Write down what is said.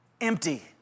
Empty